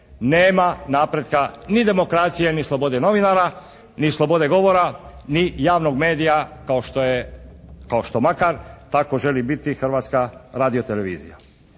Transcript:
nema napretka ni demokracije ni slobode novinara, ni slobode govora ni javnog medija kao što je, kao što …/Govornik se ne razumije./… želi biti Hrvatska radiotelevizija.